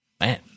Man